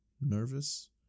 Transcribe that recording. nervous